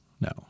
No